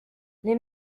les